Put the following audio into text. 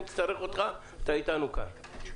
אם נצטרך אותך, אתה איתנו כאן.